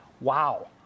wow